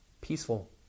peaceful